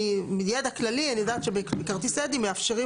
מידע כללי אני יודעת שבכרטיס אדי מאפשרים